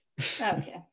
Okay